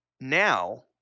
now